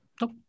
Nope